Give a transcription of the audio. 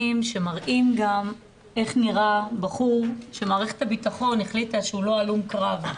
שמראים גם איך נראה בחור שמערכת הביטחון החליטה שהוא לא הלום קרב.